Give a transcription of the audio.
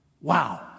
Wow